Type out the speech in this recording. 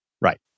right